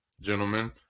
gentlemen